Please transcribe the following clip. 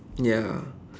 ya